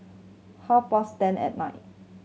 half past ten at night